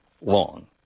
long